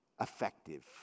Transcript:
effective